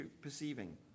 perceiving